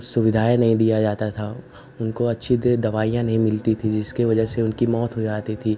सुविधाएँ नहीं दी जाती थीं उनको अच्छी दवाइयाँ नहीं मिलती थीं जिसकी वज़ह से उनकी मौत हो जाती थी